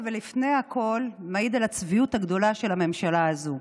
ולפני הכול הוא מעיד על הצביעות הגדולה של הממשלה הזו.